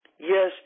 yes